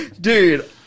Dude